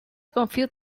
confused